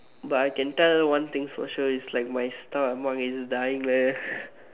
but I can tell one thing for sure is like my stomach is like that